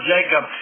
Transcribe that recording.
Jacob